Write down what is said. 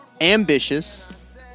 ambitious